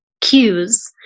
cues